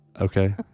Okay